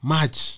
Match